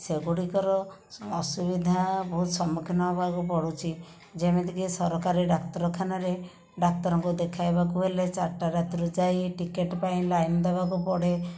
ସେଗୁଡ଼ିକର ଅସୁବିଧା ବହୁତ ସମ୍ମୁଖୀନ ହେବାକୁ ପଡ଼ୁଛି ଯେମିତିକି ସରକାରୀ ଡାକ୍ତରଖାନାରେ ଡାକ୍ତରଙ୍କୁ ଦେଖାଇବାକୁ ହେଲେ ଚାରିଟା ରାତିରୁ ଯାଇ ଟିକେଟ ପାଇଁ ଲାଇନ ଦେବାକୁ ପଡ଼େ